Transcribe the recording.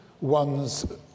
one's